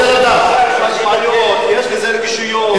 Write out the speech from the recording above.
יש לזה רגישויות,